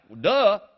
duh